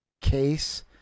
case